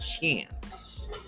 chance